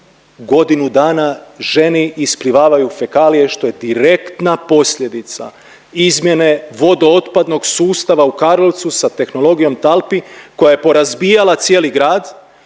godinu dana ženi isplivavaju fekalije što je direktna posljedica izmjene vodootpadnog sustava u Karlovcu sa tehnologijom talpi koja je porazbijala cijeli grad